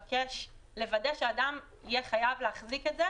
לוודא שאדם יהיה חייב להחזיק את זה